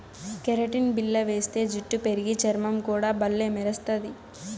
keratin బిల్ల వేస్తే జుట్టు పెరిగి, చర్మం కూడా బల్లే మెరస్తది